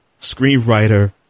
screenwriter